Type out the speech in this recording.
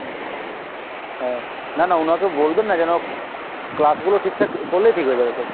হুম হ্যাঁ না না উনাকে বলবেন না যেন ক্লাসগুলো ঠিকঠাক করলেই ঠিক হয়ে যাবে সব